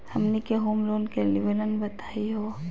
हमनी के home loan के विवरण बताही हो?